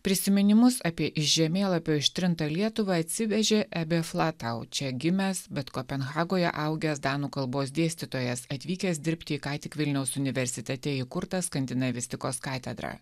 prisiminimus apie žemėlapio ištrinta lietuvą atsivežė ebefla tau čia gimęs bet kopenhagoje augęs danų kalbos dėstytojas atvykęs dirbti į ką tik vilniaus universitete įkurtą skandinavistikos katedrą